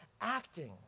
acting